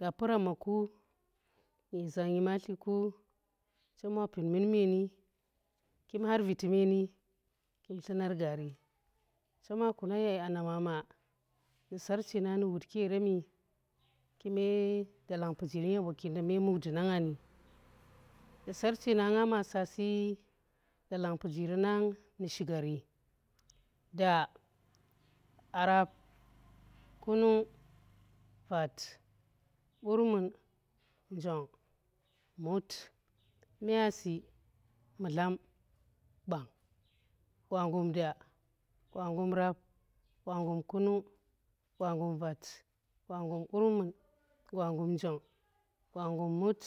Gapuramma nyeza nyomatli ku, chem wa pit mun meeni, kin har viti mee ni. kini thugar gaari, chem wa kung ye anna mama, nu sarchi na nu wut ki yeremi. kume dalang pujiri nyan gwa ki nda me mukhdi nanga niye sarchi na nga ma sa. si dalang pujiri nang nu shiga ri da, arap, kunung, vat, qurmun, ngong. mut, myazi, mydlam, gwang, gwangyum, da, rap, kunung, gwangyum qurmun, gwangyum njong, gwangyum mut,